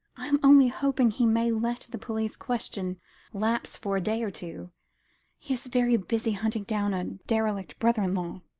i am only hoping he may let the police question lapse for a day or two he is very busy hunting down a derelict brother-in-law.